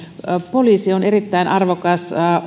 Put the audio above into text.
poliisi on erittäin arvokas